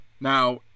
Now